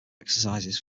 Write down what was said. exercises